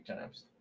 times